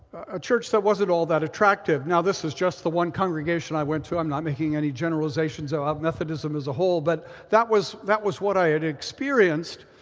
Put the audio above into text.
a church that wasn't all that attractive. now, this was just the one congregation i went to. i'm not making any generalization so about methodism as a whole, but that was that was what i had experienced.